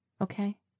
Okay